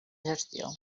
gestió